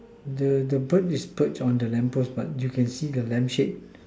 the the bird is bird on the lamp post but you can see the lamp shape